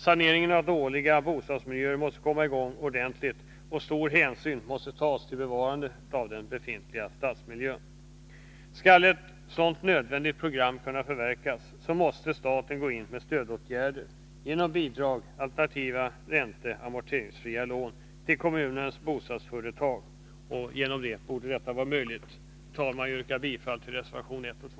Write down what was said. Saneringen av dåliga bostadsmiljöer måste komma i gång ordentligt, och stor hänsyn tas till bevarandet av den befintliga stadsmiljön. Skall ett sådant nödvändigt program kunna förverkligas måste staten gå in med stödåtgärder, genom bidrag, alternativa ränteoch amorteringsfria lån till kommunens bostadsföretag. Genom det borde målet vara möjligt att uppnå. Herr talman! Jag yrkar bifall till reservationerna 1 och 2.